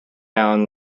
down